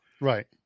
right